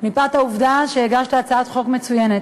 מפאת העובדה שהגשת הצעת חוק מצוינת,